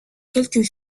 quelques